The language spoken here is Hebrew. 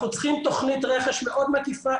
אנחנו צריכים תוכנית רכש מאוד מקיפה.